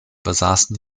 besaßen